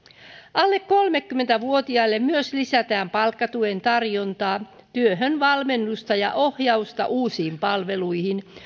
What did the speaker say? alle kolmekymmentä vuotiaille myös lisätään palkkatuen tarjontaa työhön valmennusta ja ohjausta uusiin palveluihin